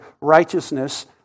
righteousness